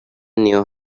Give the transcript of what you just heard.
knew